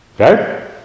Okay